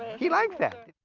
he likes that.